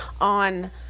on